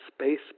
space